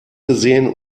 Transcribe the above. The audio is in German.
gesehen